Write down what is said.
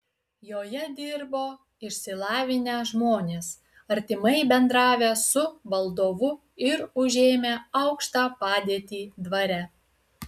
joje dirbo išsilavinę žmonės artimai bendravę su valdovu ir užėmę aukštą padėtį dvare